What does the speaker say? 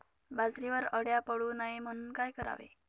बाजरीवर अळ्या पडू नये म्हणून काय करावे?